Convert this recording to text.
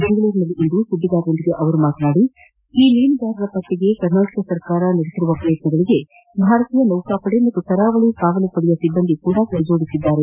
ಬೆಂಗಳೂರಿನಲ್ಲಿಂದು ಸುದ್ದಿಗಾರರೊಂದಿಗೆ ಮಾತನಾಡಿದ ಅವರು ಈ ಮೀನುಗಾರರ ಪತ್ತೆಗೆ ಕರ್ನಾಟಕ ಸರ್ಕಾರ ನಡೆಸಿರುವ ಪ್ರಯತ್ನಗಳಿಗೆ ಭಾರತೀಯ ನೌಕಾಪಡೆ ಮತ್ತು ಕರಾವಳ ಕರಕ್ಷಣಾ ಪಡೆಯ ಸಿಬ್ಬಂದಿ ಕೂಡ ಕೈಜೋಡಿಸಿದ್ದಾರೆ